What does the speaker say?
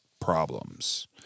problems